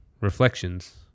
Reflections